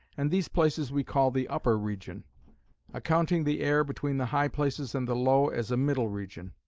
and these places we call the upper region accounting the air between the high places and the low, as a middle region.